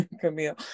Camille